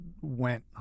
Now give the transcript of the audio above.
went